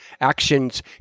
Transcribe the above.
Actions